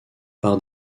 par